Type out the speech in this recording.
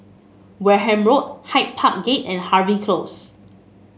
Wareham Road Hyde Park Gate and Harvey Close